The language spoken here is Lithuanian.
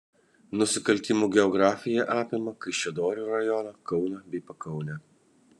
nusikaltimų geografija apima kaišiadorių rajoną kauną bei pakaunę